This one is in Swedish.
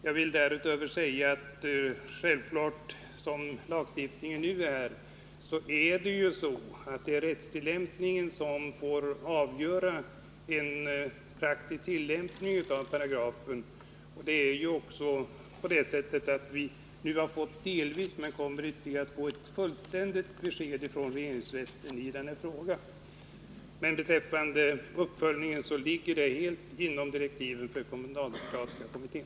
Jag vill därutöver säga att som lagstiftningen nu är utformad är det självfallet rättstillämpningen som får avgöra den praktiska tillämpningen av paragrafen. När det gäller folkomröstningen i Täby har vi ju nu delvis fått ett besked från regeringsrätten, och vi kommer att få ett fullständigt besked i den här frågan. Men uppföljningen av paragrafens tillämpning ligger som sagt heit inom direktiven för kommunaldemokratiska kommittén.